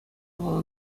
вӑл